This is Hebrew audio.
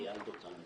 אייל דותן.